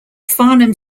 farnham